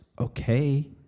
okay